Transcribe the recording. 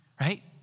Right